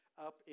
up